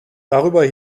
darüber